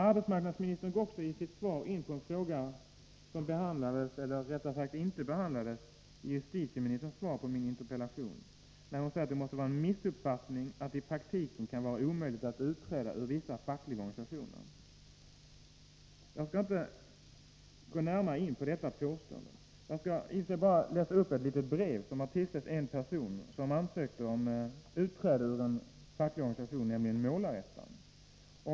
Arbetsmarknadsministern går i sitt svar också in på en fråga som behandlades-— eller rättare sagt inte behandlades —i justitieministerns svar på min interpellation, när hon säger att det måste vara en missuppfattning att det i praktiken kan vara omöjligt att utträda ur vissa fackliga organisationer. Jag skall inte närmare beröra detta påstående. Jag skall begränsa mig till att läsa upp ett avsnitt ur ett brev som tillställts en person som ansökte om utträde ur sin fackliga organisation, Målarettan.